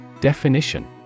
definition